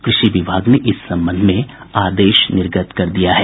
कृषि विभाग ने इस संबंध में आदेश निर्गत कर दिया है